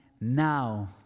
Now